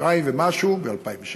חודשיים ומשהו, ב-2006,